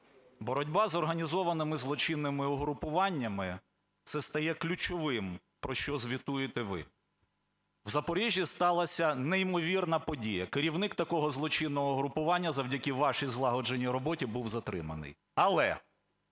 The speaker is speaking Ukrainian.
Боротьба з організованими злочинними угрупуваннями – це стає ключовим, про що звітуєте ви. В Запоріжжі сталася неймовірна подія. Керівник такого злочинного угрупування, завдяки вашій злагодженій роботі, був затриманий. Але